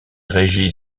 régie